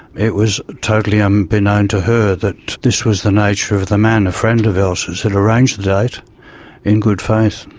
it was totally unbeknown to her that this was the nature of the man. a friend of elsa's had arranged the date in good faith.